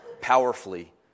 powerfully